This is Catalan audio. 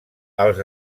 als